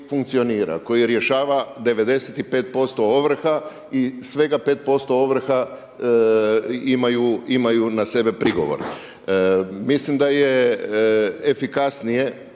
koji rješava 95% ovrha i svega 5% ovrha imaju na sebe prigovor. Mislim da je efikasnije